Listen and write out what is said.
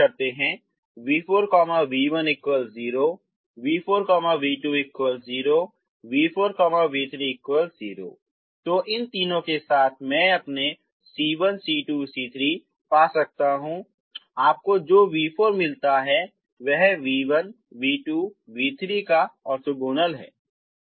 ये तीन शर्तें हैं v4v10 v4v20 v4v30 तो इन तीनों के साथ मैं अपने c1 c2 c3 पा सकता हूं आपको जो v4 मिलता है वो v1 v2 v3का ओर्थोगोनल है